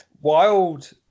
Wild